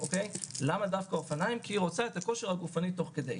כי היא רוצה את הכושר הגופני תוך כדי.